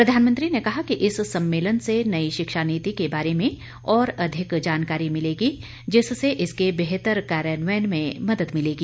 प्रधानमंत्री ने कहा कि इस सम्मेलन से नई शिक्षा नीति के बारे में और अधिक जानकारी मिलेगी जिससे इसके बेहतर कार्यान्वयन में मदद मिलेगी